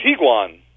Tiguan